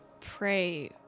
pray